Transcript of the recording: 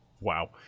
Wow